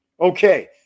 Okay